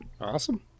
Awesome